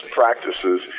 practices